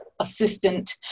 assistant